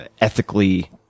ethically